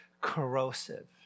corrosive